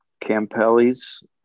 Campelli's